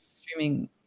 streaming